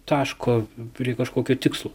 taško prie kažkokio tikslo